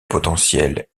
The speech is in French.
potentiels